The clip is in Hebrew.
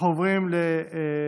אנחנו עוברים לדוברים